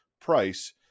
price